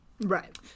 Right